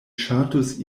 ŝatus